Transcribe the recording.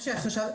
ממשלתי יגיש לחשב